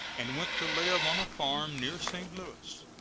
and went to live on a farm near st. louis,